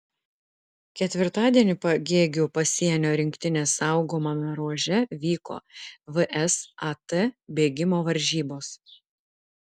ketvirtadienį pagėgių pasienio rinktinės saugomame ruože vyko vsat bėgimo varžybos